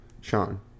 Sean